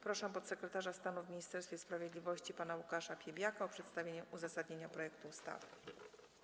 Proszę podsekretarza stanu w Ministerstwie Sprawiedliwości pana Łukasza Piebiaka o przedstawienie uzasadnienia projektu ustawy.